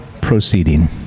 proceeding